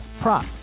prop